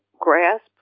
grasp